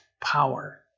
power